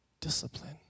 discipline